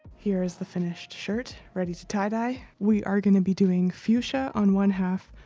here is the finished shirt, ready to tie-dye. we are going to be doing fuchsia on one-half,